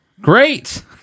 Great